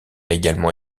également